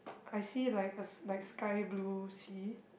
I see like a like sky blue sea